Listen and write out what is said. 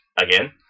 again